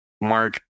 Mark